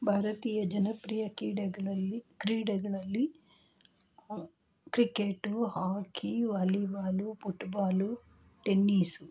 ಭಾರತೀಯ ಜನಪ್ರಿಯ ಕ್ರೀಡೆಗಳಲ್ಲಿ ಕ್ರೀಡೆಗಳಲ್ಲಿ cricket hockey volleyball football tennis